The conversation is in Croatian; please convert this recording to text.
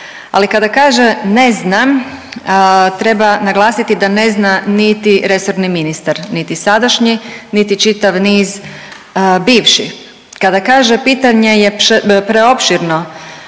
Ali kada kaže „ne znam“ treba naglasiti da ne zna niti resorni ministar, niti sadašnji, niti čitav niz bivših. Kada kaže „pitanje je preopširno“